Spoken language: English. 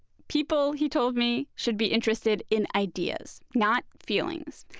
people, he told me, should be interested in ideas, not feelings.